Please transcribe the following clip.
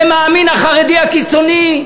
בזה מאמין החרדי הקיצוני,